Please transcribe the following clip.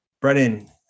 Brennan